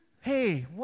hey